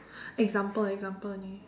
example example only